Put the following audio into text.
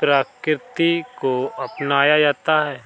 प्रकृति को अपनाया जाता है